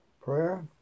prayer